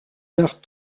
leurs